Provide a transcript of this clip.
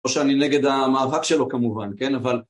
לא שאני נגד המאבק שלו כמובן, כן, אבל...